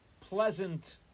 pleasant